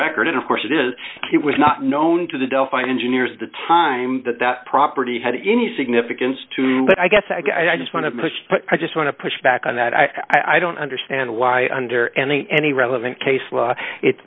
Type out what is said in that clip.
record and of course it is it was not known to the delphi engineers at the time that that property had any significance to me but i guess i just want to push but i just want to push back on that i i don't understand why under any any relevant case law it